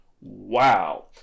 Wow